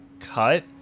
cut